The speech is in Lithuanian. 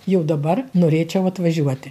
jau dabar norėčiau atvažiuoti